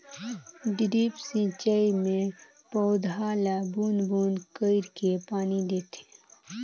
drip सिंचई मे पउधा ल बूंद बूंद कईर के पानी देथे